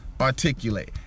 articulate